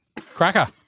Cracker